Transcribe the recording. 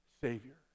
Savior